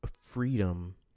freedom